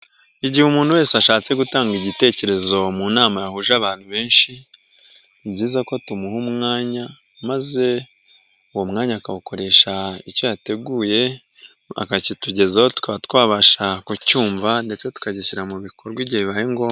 Igihe umuntu wese ashatse gutanga igitekerezo mu nama yahuje abantu benshi; ni byiza ko tumuha umwanya; maze uwo mwanya akawukoresha icyo yateguye akakitugezaho; tukaba twabasha kucyumva ndetse tukagishyira mu bikorwa igihe bibaye ngombwa.